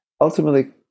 ultimately